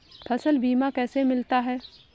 फसल बीमा कैसे मिलता है?